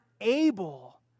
able